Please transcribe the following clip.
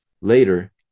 Later